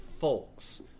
Folks